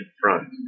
front